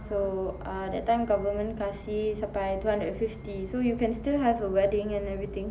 so uh that time government kasi sampai two hundred and fifty so you can still have a wedding and everything